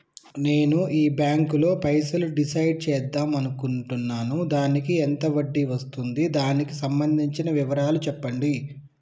నేను ఈ బ్యాంకులో పైసలు డిసైడ్ చేద్దాం అనుకుంటున్నాను దానికి ఎంత వడ్డీ వస్తుంది దానికి సంబంధించిన వివరాలు చెప్పండి?